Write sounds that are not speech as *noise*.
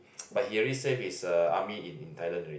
*noise* but he already serve his uh army in in Thailand already